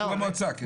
אישור המועצה, כן.